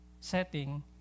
setting